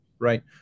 Right